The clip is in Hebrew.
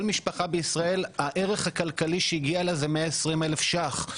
כל משפחה בישראל הערך הכלכלי שהגיע לה זה 120,000 שקלים.